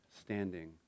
standing